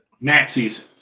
Nazis